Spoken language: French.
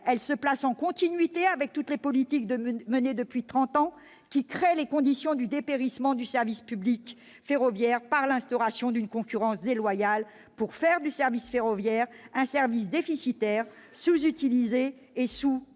Elle se place dans la continuité de toutes les politiques menées depuis trente ans, qui créent les conditions du dépérissement du service public ferroviaire par l'instauration d'une concurrence déloyale et font du service ferroviaire un service déficitaire, sous-utilisé et sous-financé.